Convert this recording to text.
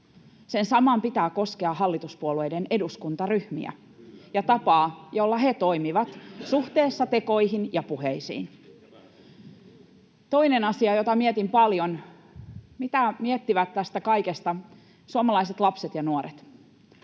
Sen saman pitää koskea hallituspuolueiden eduskuntaryhmiä ja tapaa, jolla ne toimivat suhteessa tekoihin ja puheisiin. Toinen asia, jota mietin paljon: Mitä miettivät tästä kaikesta suomalaiset lapset ja nuoret,